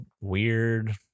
weird